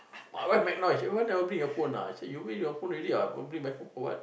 my wife make noise say why never bring your phone ah I say you bring your phone already ah I bring my phone for what